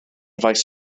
faes